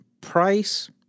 price